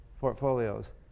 portfolios